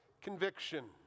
conviction